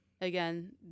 again